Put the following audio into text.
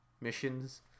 missions